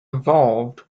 evolved